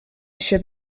esce